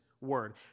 word